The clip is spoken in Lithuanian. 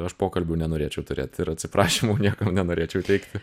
aš pokalbių nenorėčiau turėt ir atsiprašymų niekam nenorėčiau teikti